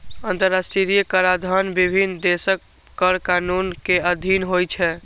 अंतरराष्ट्रीय कराधान विभिन्न देशक कर कानून के अधीन होइ छै